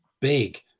big